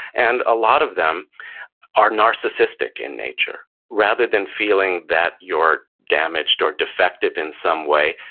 and a lot of them are narcissistic in nature. rather than feeling that your damaged or defective in some way,